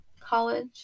college